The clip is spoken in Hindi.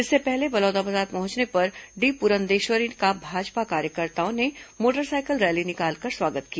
इससे पहले बलौदाबाजार पहुंचने पर डी पुरंदेश्वरी का भाजपा कार्यकर्ताओं ने मोटरसाइकिल रैली निकालकर स्वागत किया